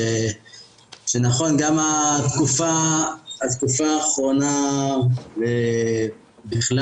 זה נכון, גם התקופה האחרונה בכלל